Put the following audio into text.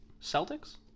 Celtics